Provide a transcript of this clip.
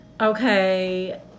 Okay